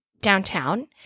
downtown